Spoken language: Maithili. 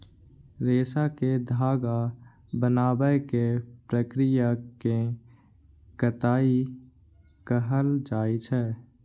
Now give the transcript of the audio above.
रेशा कें धागा बनाबै के प्रक्रिया कें कताइ कहल जाइ छै